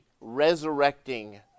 resurrecting